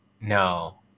No